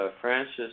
Francis